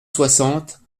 soixante